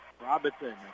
Robinson